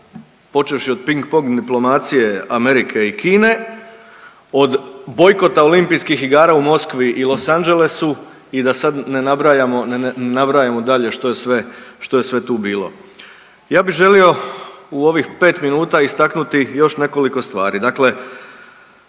počevši od ping pong diplomacije Amerike i Kine, od bojkota Olimpijskih igara u Moskvi i Los Angelesu i da sad ne nabrajamo dalje što je sve tu bilo. Ja bi želio u ovih pet minuta istaknuti još nekoliko stvari,